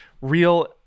real